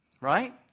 right